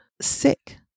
sick